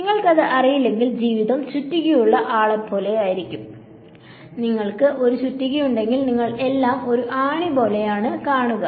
നിങ്ങൾക്കത് അറിയില്ലെങ്കിൽ ജീവിതം ചുറ്റികയുള്ള ആളെപ്പോലെയാകും നിങ്ങൾക്ക് എല്ലാം ചുറ്റികയുണ്ടെങ്കിൽ നിങ്ങൾ എല്ലാം ഒരു ആണി പോലെയാണ് നിങ്ങൾ കാണുക